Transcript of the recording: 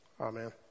amen